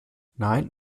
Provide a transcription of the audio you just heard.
nein